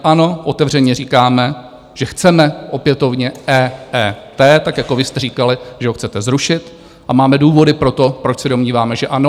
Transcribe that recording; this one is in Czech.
Ano, otevřeně říkáme, že chceme opětovně EET, tak jako vy jste říkali, že ho chcete zrušit, a máme důvody pro to, proč se domníváme, že ano.